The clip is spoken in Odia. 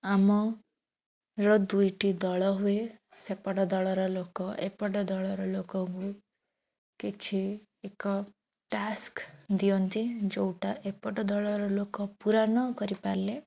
ଆମର ଦୁଇଟି ଦଳ ହୁଏ ସେପଟ ଦଳର ଲୋକ ଏପଟ ଦଳର ଲୋକଙ୍କୁ କିଛି ଏକ ଟାସ୍କ ଦିଅନ୍ତି ଯୋଉଟା ଏପଟ ଦଳର ଲୋକ ପୁରା ନ କରିପାରିଲେ